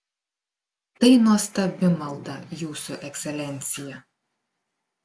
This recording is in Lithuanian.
tai nuostabi malda jūsų ekscelencija